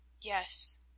Yes